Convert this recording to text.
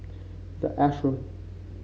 the Ashram